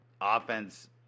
offense